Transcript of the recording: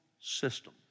system